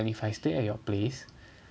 if I stay at your place